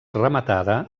rematada